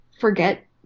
forget